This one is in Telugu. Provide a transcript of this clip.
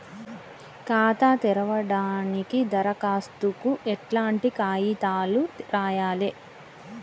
ఖాతా తెరవడానికి దరఖాస్తుకు ఎట్లాంటి కాయితాలు రాయాలే?